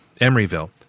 Emeryville